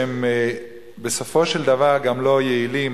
שהם בסופו של דבר גם לא יעילים.